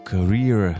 Career